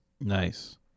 Nice